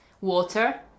water